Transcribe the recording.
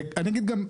ואני אגיד גם,